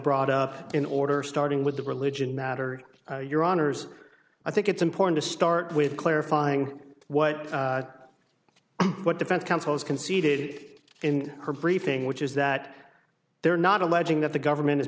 brought up in order starting with the religion matter your honour's i think it's important to start with clarifying what what defense council has conceded in her briefing which is that they're not alleging that the government is